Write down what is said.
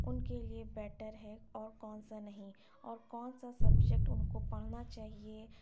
اُن کے لیے بیٹر ہے اور کون سا نہیں اور کون سا سبجیکٹ اُن کو پڑھنا چاہیے